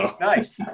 Nice